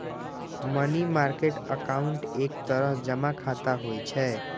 money market account एक तरह जमा खाता होइ छै